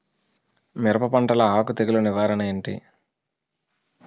మిరప పంటలో ఆకు తెగులు నివారణ ఏంటి?